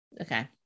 okay